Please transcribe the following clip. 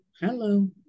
hello